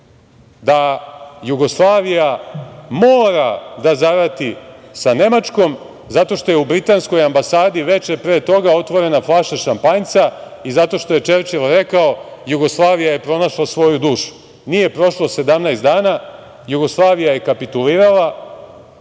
da Jugoslavija mora da zarati sa Nemačkom, zato što je u britanskoj ambasadi veče pre toga otvorena flaša šampanjca i zato što je Čerčil rekao – Jugoslavija je pronašla svoju dušu. Nije prošlo 17 dana, Jugoslavija je kapitulirala,